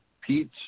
Pete